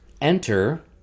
Enter